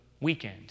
weekend